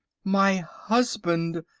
my husband!